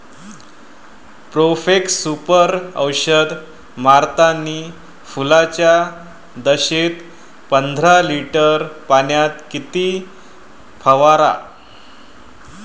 Profex Super औषध मारतानी फुलाच्या दशेत पंदरा लिटर पाण्यात किती फवाराव?